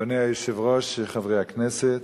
אדוני היושב-ראש, חברי הכנסת,